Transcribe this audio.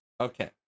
Okay